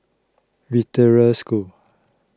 Victoria School